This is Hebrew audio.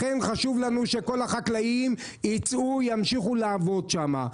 לכן, חשוב לנו שכל החקלאים ימשיכו לעבוד שם.